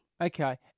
Okay